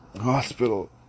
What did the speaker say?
Hospital